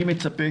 אני מצפה